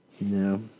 No